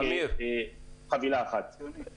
אדוני היושב-ראש, כאשר אנשים מרוויחים פחות,